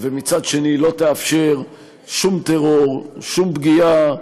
ומצד שני לא תאפשר שום טרור, שום פגיעה